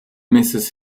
misses